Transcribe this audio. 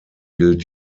gilt